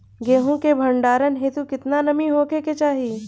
गेहूं के भंडारन हेतू कितना नमी होखे के चाहि?